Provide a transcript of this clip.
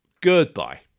Goodbye